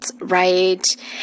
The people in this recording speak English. right